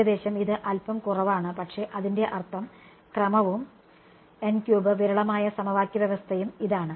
ഏകദേശം ഇത് അൽപ്പം കുറവാണ് പക്ഷേ അതിന്റെ ക്രമവും വിരളമായ സമവാക്യ വ്യവസ്ഥയും ഇതാണ്